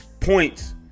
points